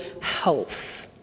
health